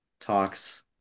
talks